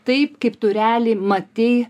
taip kaip tu realiai matei